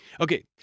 Okay